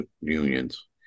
Unions